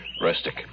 Rustic